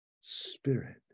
spirit